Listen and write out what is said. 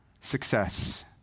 success